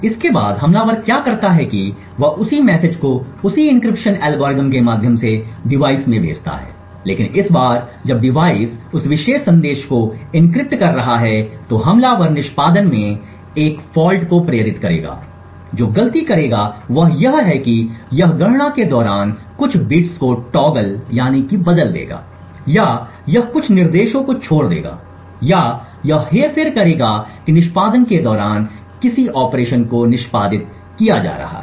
इसके बाद हमलावर क्या करता है कि वह उसी मैसेज को उसी एन्क्रिप्शन एल्गोरिथ्म के माध्यम से डिवाइस में भेजता है लेकिन इस बार जब डिवाइस उस विशेष संदेश को एन्क्रिप्ट कर रहा है तो हमलावर निष्पादन में एक फॉल्ट को प्रेरित करेगा जो गलती करेगा वह यह है कि यह गणना के दौरान कुछ बिट्स को टॉगल करेगा या यह कुछ निर्देशों को छोड़ देगा या यह हेरफेर करेगा कि निष्पादन के दौरान किस ऑपरेशन को निष्पादित किया जा रहा है